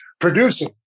producing